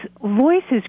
voices